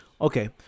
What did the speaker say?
Okay